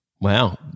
Wow